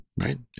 right